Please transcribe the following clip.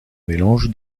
mélange